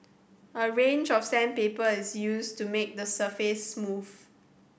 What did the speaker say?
a range of sandpaper is used to make the surface smooth